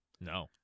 No